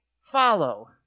follow